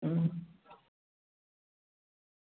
अं